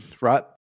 right